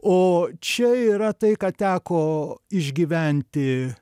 o čia yra tai ką teko išgyventi